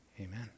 Amen